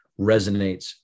resonates